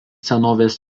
senovės